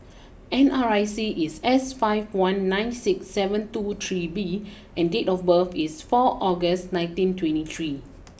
N R I C is S five one nine six seven two three B and date of birth is four August nineteen twenty three